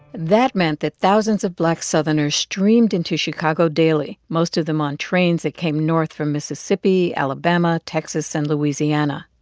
and that meant that thousands of black southerners streamed into chicago daily, most of them on trains that came north from mississippi, alabama, texas and louisiana.